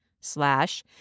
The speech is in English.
slash